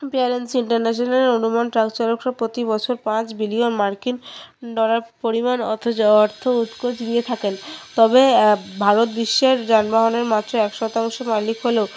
international আনুমান চালক প্রতিবছর বছর পাঁচ বিলিয়ন মার্কিন ডলার পরিমাণ অথচ অর্থ উৎকোচ নিয়ে থাকেন তবে ভারত বিশ্বের যানবাহনের এক শতাংশ মালিক হলেও